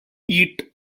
eat